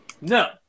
No